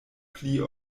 pli